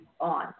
on